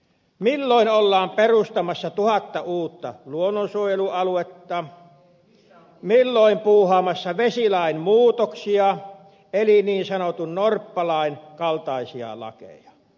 milloin ollaan perustamassa tuhatta uutta luonnonsuojelualuetta milloin puuhaamassa vesilain muutoksia eli niin sanotun norppalain kaltaisia lakeja